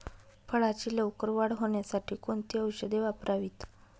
फळाची लवकर वाढ होण्यासाठी कोणती औषधे वापरावीत?